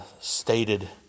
stated